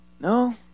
No